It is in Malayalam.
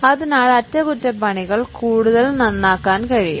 അതിനാൽ അറ്റകുറ്റപ്പണികൾ കൂടുതൽ നന്നാക്കാൻ കഴിയും